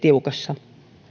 tiukassa